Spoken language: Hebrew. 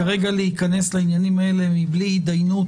כרגע להיכנס לעניינים האלה מבלי לערוך